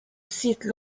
site